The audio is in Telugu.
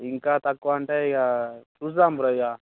ఇంకా తక్కువ అంటే ఇక చూస్తాము బ్రో ఇక